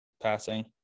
passing